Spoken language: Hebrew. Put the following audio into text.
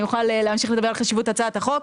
אוכל להמשיך לדבר על חשיבות הצעת החוק.